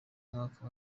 mwaka